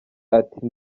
ati